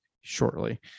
shortly